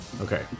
Okay